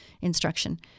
instruction